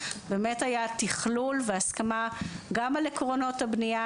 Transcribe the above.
באמת היה תכלו והייתה הסכמה גם על עקרונות הבנייה,